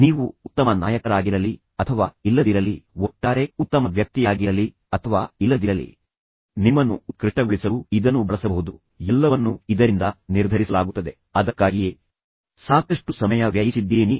ನೀವು ಉತ್ತಮ ನಾಯಕರಾಗಿರಲಿ ಅಥವಾ ಇಲ್ಲದಿರಲಿ ನೀವು ಒಟ್ಟಾರೆ ಉತ್ತಮ ವ್ಯಕ್ತಿಯಾಗಿರಲಿ ಅಥವಾ ಇಲ್ಲದಿರಲಿ ನಿಮ್ಮನ್ನು ನೀವು ಉತ್ಕೃಷ್ಟಗೊಳಿಸಲು ಯಾರು ಇದನ್ನು ಬಳಸಬಹುದು ಎಲ್ಲವನ್ನೂ ಇದರಿಂದ ನಿರ್ಧರಿಸಲಾಗುತ್ತದೆ ಅದಕ್ಕಾಗಿಯೇ ಇದಕ್ಕಾಗಿ ನಾನು ಸಾಕಷ್ಟು ಸಮಯವನ್ನು ವ್ಯಯಿಸುತ್ತಾ ಇದ್ದೀನಿ